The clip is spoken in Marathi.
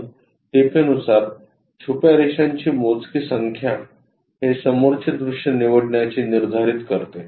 म्हणून टिपेनुसार छुप्या रेषांची मोजकी संख्या हे समोरचे दृश्य निवडण्याचे निर्धारित करते